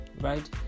right